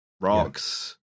rocks